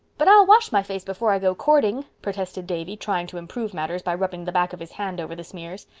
but i'll wash my face before i go courting, protested davy, trying to improve matters by rubbing the back of his hand over the smears.